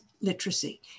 literacy